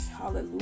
Hallelujah